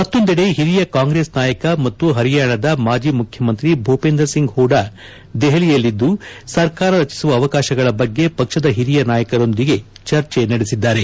ಮತ್ತೊಂದೆಡೆ ಹಿರಿಯ ಕಾಂಗ್ರೆಸ್ ನಾಯಕ ಮತ್ತು ಪರಿಯಾಣದ ಮಾಜಿ ಮುಖ್ಯಮಂತ್ರಿ ಭೂಪೇಂದರ್ ಸಿಂಗ್ ಹೂಡಾ ಸಹ ದೆಹಲಿಯಲ್ಲಿದ್ದು ಸರ್ಕಾರ ರಚಿಸುವ ಅವಕಾಶಗಳ ಬಗ್ಗೆ ಪಕ್ಷದ ಹಿರಿಯ ನಾಯಕರೊಂದಿಗೆ ಚರ್ಚೆ ನಡೆಸಿದ್ದಾರೆ